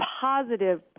positive